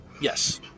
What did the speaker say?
Yes